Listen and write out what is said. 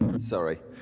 Sorry